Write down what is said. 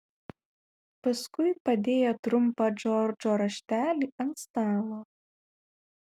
paskui padėjo trumpą džordžo raštelį ant stalo